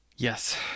Yes